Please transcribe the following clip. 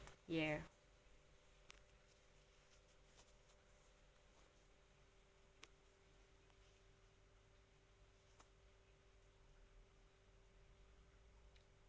ya